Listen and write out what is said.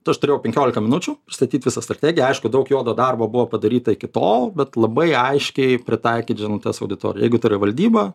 aš turėjau penkioliką minučių pristatyt visą strategiją aišku daug juodo darbo buvo padaryta iki tol bet labai aiškiai pritaikyt žinutes auditorijai jeigu tai yra valdyba